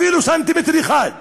אפילו סנטימטר אחד,